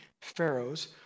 Pharaoh's